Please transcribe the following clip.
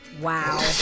Wow